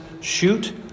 shoot